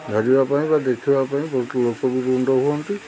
ଧରିବା ପାଇଁ ବା ଦେଖିବା ପାଇଁ ବହୁତ ଲୋକ ବି ରୁଣ୍ଡ ହୁଅନ୍ତି